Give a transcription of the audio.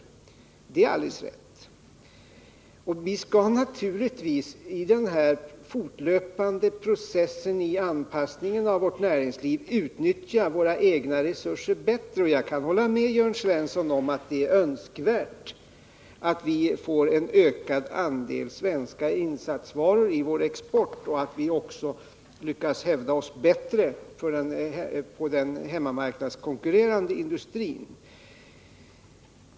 Det är alldeles riktigt. Vi skall naturligtvis i denna fortlöpande process i anpassningen av vårt näringsliv utnyttja våra egna resurser bättre. Jag kan hålla med Jörn Svensson om att det är önskvärt att vi får en ökad andel svenska insatsvaror i vår export och att vi också lyckas hävda oss bättre inom den hemmamarknadskonkurrerande industrin.